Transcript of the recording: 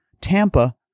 Tampa